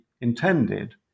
intended